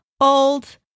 old